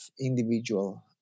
individual